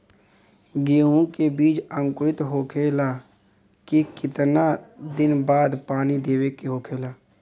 गेहूँ के बिज अंकुरित होखेला के कितना दिन बाद पानी देवे के होखेला?